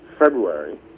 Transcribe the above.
February